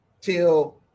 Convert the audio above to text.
till